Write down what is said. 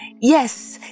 Yes